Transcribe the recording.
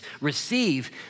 receive